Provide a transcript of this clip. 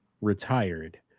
retired